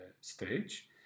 stage